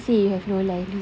who say you have no life